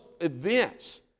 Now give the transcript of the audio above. events